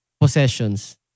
possessions